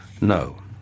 No